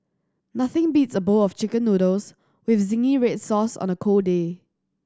nothing beats a bowl of Chicken Noodles with zingy red sauce on a cold day